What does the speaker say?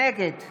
נגד